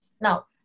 Now